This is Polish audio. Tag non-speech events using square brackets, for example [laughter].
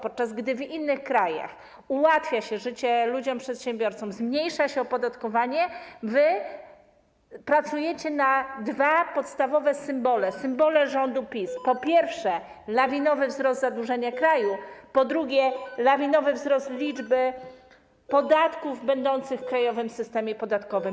Podczas gdy w innych krajach ułatwia się życie ludziom, przedsiębiorcom, zmniejsza się opodatkowanie, wy pracujecie na dwa podstawowe symbole, [noise] symbole rządu PiS: po pierwsze, lawinowy wzrost zadłużenia kraju, po drugie, lawinowy wzrost liczby podatków będących w krajowym systemie podatkowym.